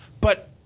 but-